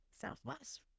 Southwest